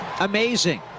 Amazing